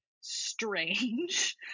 strange